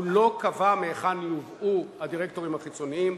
הוא לא קבע מהיכן יובאו הדירקטורים החיצוניים,